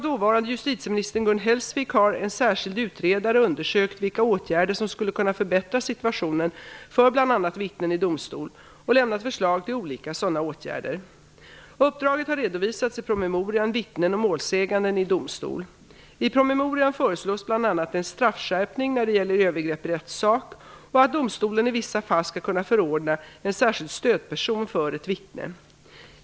Hellsvik har en särskild utredare undersökt vilka åtgärder som skulle kunna förbättra situationen för bl.a. vittnen i domstol och lämnat förslag till olika sådana åtgärder. Uppdraget har redovisats i promemorian Vittnen och målsägande i domstol . I promemorian föreslås bl.a. en straffskärpning när det gäller övergrepp i rättssak och att domstolen i vissa fall skall kunna förordna en särskild stödperson för ett vittne.